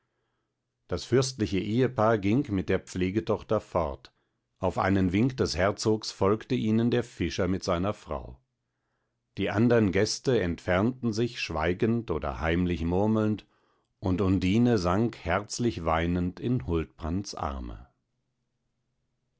das fürstliche ehepaar ging mit der pflegetochter fort auf einen wink des herzogs folgte ihnen der fischer mit seiner frau die andern gäste entfernten sich schweigend oder heimlich murmelnd und undine sank herzlich weinend in huldbrands arme